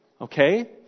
Okay